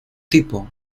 tipo